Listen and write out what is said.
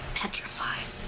petrified